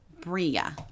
Bria